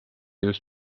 ilus